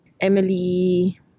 Emily